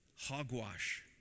Hogwash